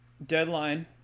deadline